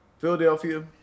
Philadelphia